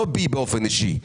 לא בי באופן באישי,